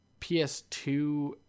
PS2